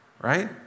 right